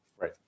right